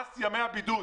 מס ימי הבידוד.